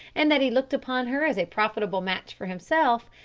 and that he looked upon her as a profitable match for himself,